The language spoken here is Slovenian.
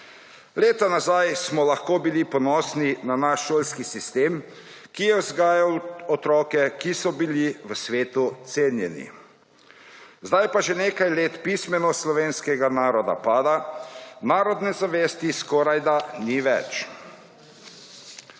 Leta nazaj smo lahko bili ponosni na naš šolski sistem, ki je vzgajal otroke, ki so bili v svetu cenjeni. Zdaj pa že nekaj let pismenost slovenskega naroda pada, narodne zavesti skorajda ni več.